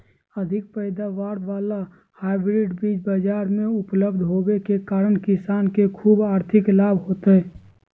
अधिक पैदावार वाला हाइब्रिड बीज बाजार मे उपलब्ध होबे के कारण किसान के ख़ूब आर्थिक लाभ होतय